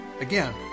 Again